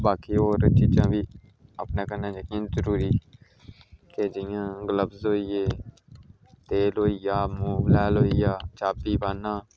बाकी होर चीजां बी अपने कन्नै जेहकियां जरूरी ते जियां ग्लब्ज होई गे तेल होई गेआ मोबलैल होई गेआ चाबी पान्ना